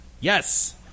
yes